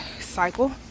cycle